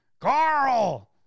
Carl